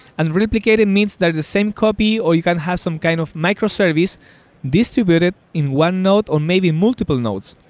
and replicated means that a same copy or you can have some kind of micro-service distributed in one node or maybe multiple nodes.